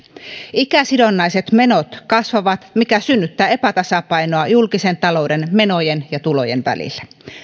ikäsidonnaiset menot kasvavat mikä synnyttää epätasapainoa julkisen talouden menojen ja tulojen välille